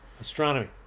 Astronomy